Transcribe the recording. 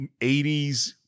80s